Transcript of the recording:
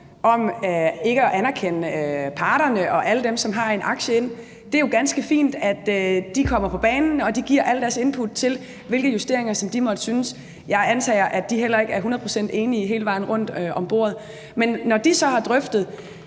om ikke at anerkende parterne og alle dem, som har en aktie i det. Det er ganske fint, at de kommer på banen og giver alle deres input til, hvilke justeringer de måtte ønske. Jeg antager, at de heller ikke er hundrede procent enige hele vejen rundt om bordet. Men så lægger